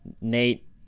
Nate